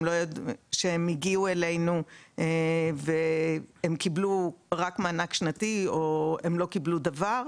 כשהם הגיעו אלינו וקיבלו רק מענק שנתי או לא קיבלו דבר,